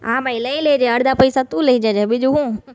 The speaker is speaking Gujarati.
હા ભાઈ લઈ લેજે અડધા પૈસા તું લઈ જજે બીજું શું